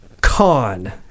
con